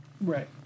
Right